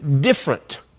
different